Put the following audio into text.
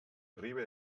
arribe